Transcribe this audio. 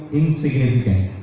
insignificant